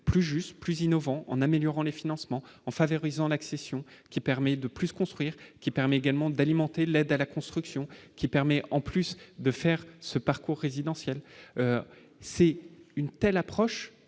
plus juste, plus innovant en améliorant les financements en favorisant l'accession qui permet de plus construire qui permet également d'alimenter l'aide à la construction, qui permet en plus de faire ce parcours résidentiel, c'est une telle approche